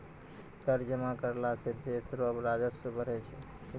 कर जमा करला सं देस रो राजस्व बढ़ै छै